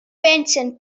pensen